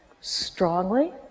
strongly